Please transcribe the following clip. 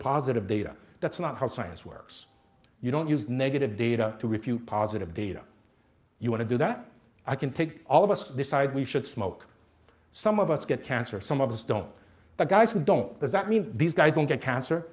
positive data that's not how science works you don't use negative data to refute positive data you want to do that i can take all of us decided we should smoke some of us get cancer some of us don't the guys who don't does that mean these guys don't get cancer